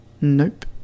Nope